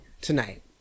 tonight